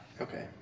Okay